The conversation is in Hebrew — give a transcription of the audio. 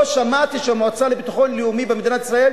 לא שמעתי שהמועצה לביטחון לאומי במדינת ישראל